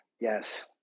Yes